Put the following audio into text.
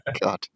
God